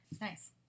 Nice